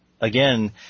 Again